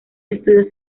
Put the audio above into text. estudios